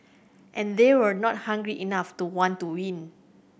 and they were not hungry enough to want to win